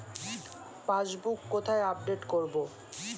Passbook কোথায় update করব?